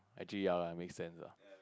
actually ya lah make sense lah